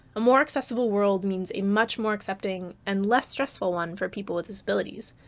a more accessible world means a much more accepting and less stressful one for people with disabilities,